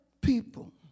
people